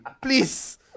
Please